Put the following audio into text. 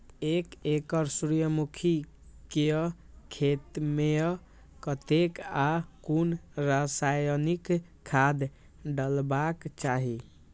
एक एकड़ सूर्यमुखी केय खेत मेय कतेक आ कुन रासायनिक खाद डलबाक चाहि?